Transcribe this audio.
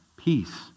peace